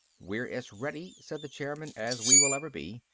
we're as ready, said the chairman, as we will ever be.